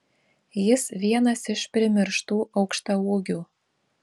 jis vienas iš primirštų aukštaūgių